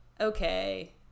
okay